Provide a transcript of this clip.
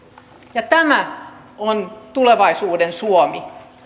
tämä on tulevaisuuden suomi